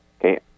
okay